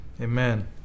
Amen